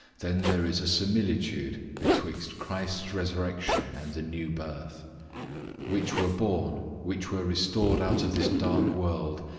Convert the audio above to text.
then there is a similitude betwixt christ's resurrection and the new birth which were born, which were restored out of this dark world,